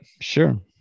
Sure